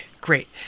great